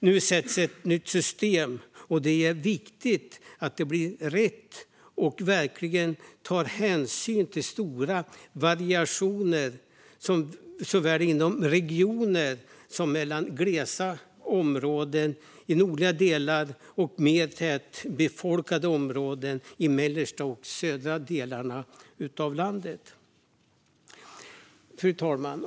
Nu sätts ett nytt system, och det är viktigt att det blir rätt och verkligen tar hänsyn till stora variationer såväl inom regioner som mellan glesa områden i de nordliga delarna och mer tätbefolkade områden i de mellersta och södra delarna av landet. Fru talman!